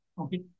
Okay